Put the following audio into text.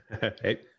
Hey